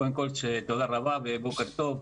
קודם כל, תודה רבה ובוקר טוב.